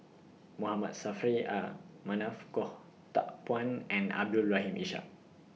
Mohamad Saffri A Manaf Goh Teck Phuan and Abdul Rahim Ishak